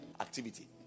activity